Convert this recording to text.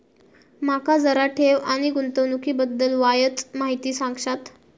माका जरा ठेव आणि गुंतवणूकी बद्दल वायचं माहिती सांगशात?